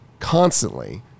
constantly